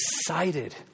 excited